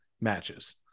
matches